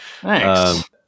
Thanks